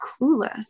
clueless